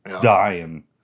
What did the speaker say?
Dying